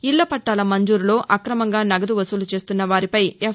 ఇళ్ళపట్టాల మంజూరులో అక్రమంగా నగదు వసూలు చేస్తున్న వారిపై ఎఫ్